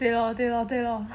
对咯对咯对咯